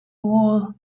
wall